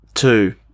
Two